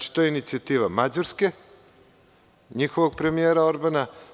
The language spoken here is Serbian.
To je inicijativa Mađarske, njihovog premijera Orbana.